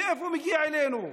מאיפה הוא מגיע אלינו?